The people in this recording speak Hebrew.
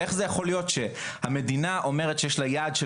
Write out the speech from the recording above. איך זה יכול להיות שהמדינה אומרת שיש לה יעד של